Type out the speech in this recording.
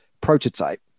prototype